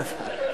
שום דבר.